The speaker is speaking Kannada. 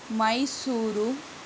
ಮೈಸೂರು